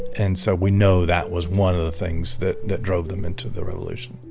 and so we know that was one of the things that that drove them into the revolution.